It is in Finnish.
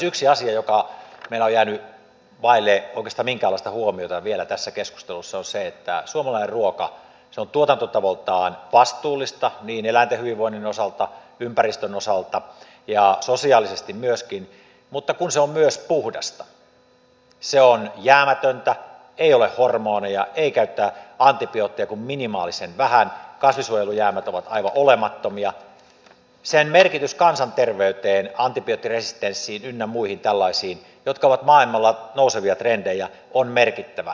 yksi asia joka meillä on jäänyt vaille oikeastaan minkäänlaista huomiota vielä tässä keskustelussa on se että suomalainen ruoka on tuotantotavoiltaan vastuullista eläinten hyvinvoinnin osalta ympäristön osalta ja myöskin sosiaalisesti mutta kun se on myös puhdasta se on jäämätöntä ei ole hormoneja ei käytetä antibiootteja kuin minimaalisen vähän kasvinsuojelujäämät ovat aivan olemattomia sen merkitys kansanterveyteen antibioottiresistenssiin ynnä muihin tällaisiin jotka ovat maailmalla nousevia trendejä on merkittävä